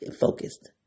focused